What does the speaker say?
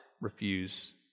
refuse